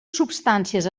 substàncies